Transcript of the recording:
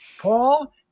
Paul